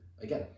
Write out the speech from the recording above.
again